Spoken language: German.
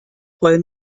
voll